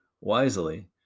Wisely